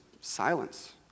silence